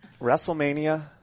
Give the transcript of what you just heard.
WrestleMania